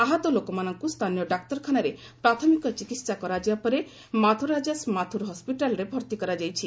ଆହତ ଲୋକମାନଙ୍କୁ ସ୍ଥାନୀୟ ଡାକ୍ତରଖାନାରେ ପ୍ରାଥମିକ ଚିକିତ୍ସା କରାଯିବା ପରେ ମାଥୁରାଜାସ୍ ମାଥୁର ହସ୍କିଟାଲରେ ଭର୍ତ୍ତି କରାଯାଇଛି